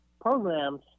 programs